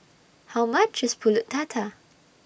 How much IS Pulut Tatal